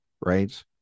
right